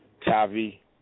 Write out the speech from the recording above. Tavi